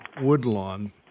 Woodlawn